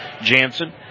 Jansen